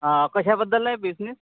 कशाबद्दल आहे बिझनेस